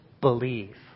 believe